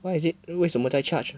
why is it 为什么在 charge